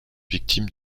victime